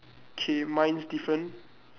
K mine's different